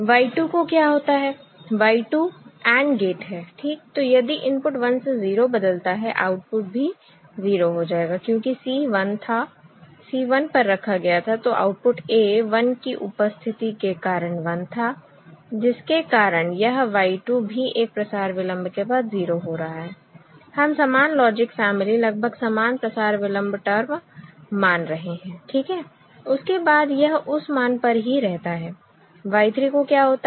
Y 2 AND gate है ठीक तो यदि इनपुट 1 से 0 बदलता है आउटपुट भी 0 हो जाएगा क्योंकि C 1 था C 1 पर रखा गया था तो आउटपुट A 1 की उपस्थिति के कारण 1 था जिसके कारण यह Y 2 भी एक प्रसार विलंब के बाद 0 हो रहा है हम समान लॉजिक फैमिली लगभग समान प्रसार विलंब टर्म मान रहे हैं ठीक है उसके बाद यह उस मान पर ही रहता है Y 3 को क्या होता है